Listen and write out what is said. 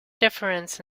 difference